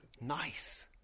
Nice